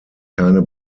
keine